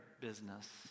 business